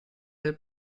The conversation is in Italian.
del